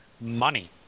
Money